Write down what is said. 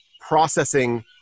processing